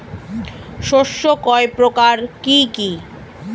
শস্য কয় প্রকার কি কি?